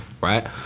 right